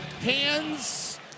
hands